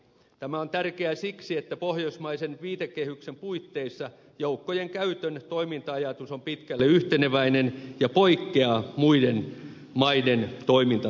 tämä on tärkeää siksi että pohjoismaisen viitekehyksen puitteissa joukkojen käytön toiminta ajatus on pitkälle yhteneväinen ja poikkeaa muiden maiden toimintatavoista